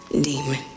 demon